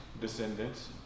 descendants